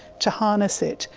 to harness it,